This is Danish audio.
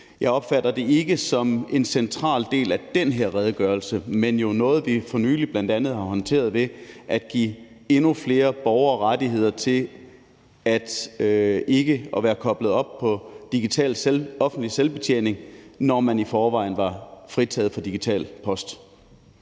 Jeg opfatter det ikke som en central del af den her redegørelse, men jo noget, vi for nylig bl.a. har håndteret ved at give endnu flere borgere rettigheder til ikke at være koblet op på digital offentlig selvbetjening, når man i forvejen var fritaget for digital post.